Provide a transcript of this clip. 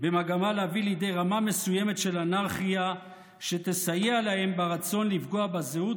במגמה להביא לידי רמה מסוימת של אנרכיה שתסייע להם ברצון לפגוע בזהות